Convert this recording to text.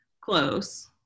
close